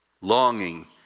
Longing